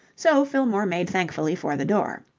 so fillmore made thankfully for the door.